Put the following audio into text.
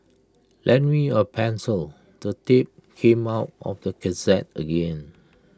lend me A pencil the tape came out of the cassette again